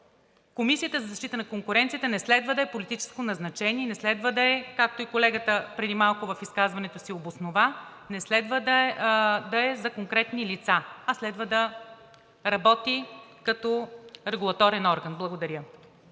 Комисията за защита на конкуренцията не следва да е политическо назначение, не следва да е, както и колегата преди малко в изказването си обоснова – не следва да е за конкретни лица, а следва да работи като регулаторен орган. Благодаря.